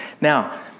Now